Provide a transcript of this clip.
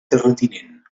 terratinent